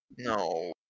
No